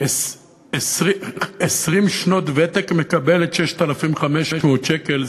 20 שנות ותק מקבלת 6,500 שקל,